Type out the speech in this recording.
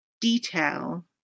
detail